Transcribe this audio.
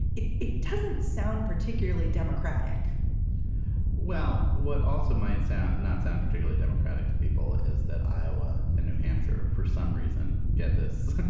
it it doesn't sound particularly democratic well, what also might sound not sound particularly democratic to people is that iowa and new hampshire, for some reason, get this